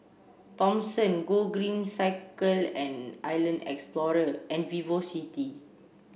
Thomson Gogreen Cycle and Island Explorer and VivoCity